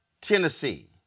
Tennessee